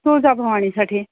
तुळजाभवानीसाठी